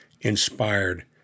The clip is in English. inspired